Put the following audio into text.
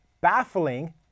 baffling